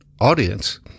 audience